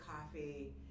coffee